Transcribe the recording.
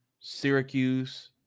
Syracuse